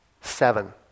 Seven